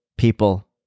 People